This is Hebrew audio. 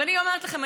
ואני אומרת לכם,